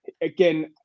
again